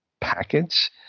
package